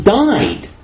died